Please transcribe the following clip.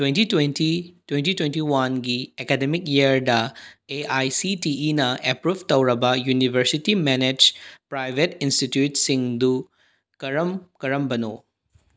twenty twenty twenty twenty ꯋꯥꯟꯒꯤ academic ꯏꯌꯔꯗ A I E C T ꯏꯤꯅ approve ꯇꯧꯔꯕ ꯌꯨꯅꯤꯕꯔꯁꯤꯇꯤ ꯃꯦꯅꯦꯖ ꯄ꯭ꯔꯥꯏꯕꯦꯠ ꯏꯟꯁꯇꯤꯇ꯭ꯌꯨꯠꯁꯤꯡꯗꯨ ꯀꯔꯝ ꯀꯔꯝꯕꯅꯣ